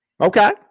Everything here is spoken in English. Okay